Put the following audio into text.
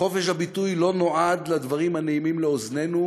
חופש הביטוי לא נועד לדברים הנעימים לאוזנינו,